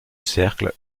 cercle